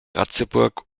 ratzeburg